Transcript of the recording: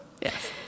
Yes